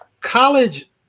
college